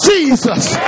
Jesus